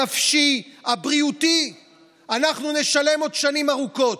הנפשי והבריאותי הזה אנחנו נשלם עוד שנים ארוכות.